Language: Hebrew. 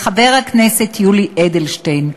לחבר הכנסת יולי אדלשטיין,